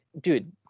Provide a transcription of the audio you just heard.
dude